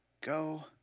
Go